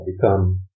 become